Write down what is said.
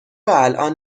الان